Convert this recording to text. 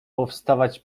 powstawać